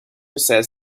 says